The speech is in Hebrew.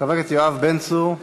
חבר הכנסת יואב בן צור,